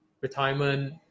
retirement